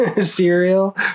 cereal